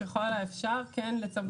ככל האפשר כן לצמצם.